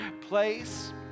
place